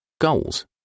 Goals